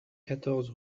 quatorze